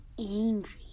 angry